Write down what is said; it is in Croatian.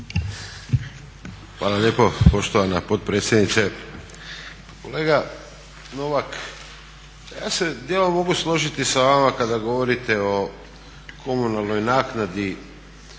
Hvala lijepo poštovana potpredsjednice. Kolega Novak, pa ja se djelom mogu složiti sa vama kada govorite o komunalnoj naknadi